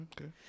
Okay